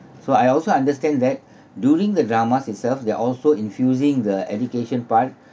so I also understand that during the dramas itself they are also infusing the education part